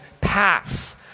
pass